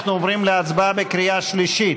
אנחנו עוברים להצבעה בקריאה שלישית.